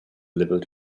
liberal